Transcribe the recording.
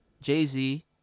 Jay-Z